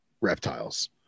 reptiles